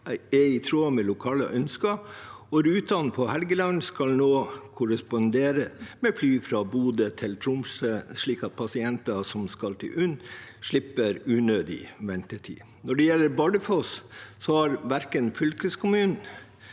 er i tråd med lokale ønsker, og rutene på Helgeland skal nå korrespondere med fly fra Bodø til Tromsø, slik at pasienter som skal til UNN, slipper unødig ventetid. Når det gjelder Bardufoss, har verken fylkeskommunen,